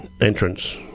entrance